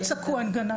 אז אל תצעקו אין גננות.